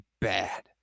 bad